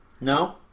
No